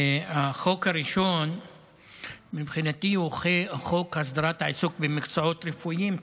החוק הראשון מבחינתי הוא חוק הסדרת העיסוק במקצועות רפואיים,